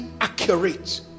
accurate